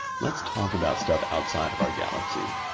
let's talk about stuff outside of our galaxy.